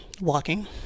walking